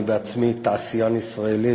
אני בעצמי תעשיין ישראלי